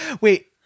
Wait